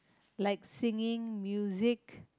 like singing music